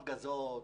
הפגזות,